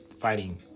fighting